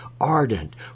ardent